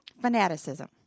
fanaticism